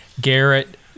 Garrett